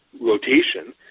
rotation